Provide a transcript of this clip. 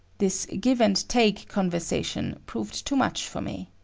this give-and-take conversation proved too much for me.